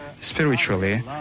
spiritually